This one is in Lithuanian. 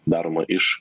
daroma iš